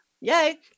Yay